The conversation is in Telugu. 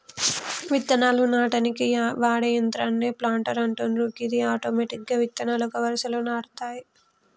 విత్తనాలు నాటనీకి వాడే యంత్రాన్నే ప్లాంటర్ అంటుండ్రు గది ఆటోమెటిక్గా విత్తనాలు ఒక వరుసలో నాటుతాయి